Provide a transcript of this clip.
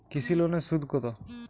কৃষি লোনের সুদ কত?